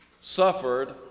suffered